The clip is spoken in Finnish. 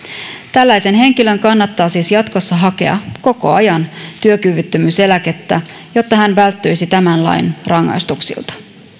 tällaisen henkilön kannattaa siis jatkossa hakea koko ajan työkyvyttömyyseläkettä jotta hän välttyisi tämän lain rangaistuksilta